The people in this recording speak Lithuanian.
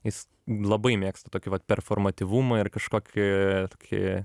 jis labai mėgsta tokį vat performatyvumą ir kažkokį tokį